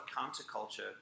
counter-culture